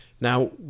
Now